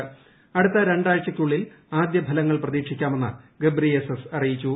അടുത്ത രണ്ടാഴ്ചയ്ക്കുള്ളിൽ ആദ്യഫലങ്ങൾ പ്രതീക്ഷിക്ക്ട്ടുമെന്ന് ഗെബ്രിയേസസ് അറിയിച്ചു